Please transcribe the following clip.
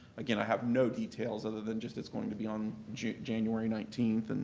again, i have no details other than just it's going to be on january nineteenth, and